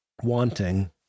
Wanting